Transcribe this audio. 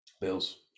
Bills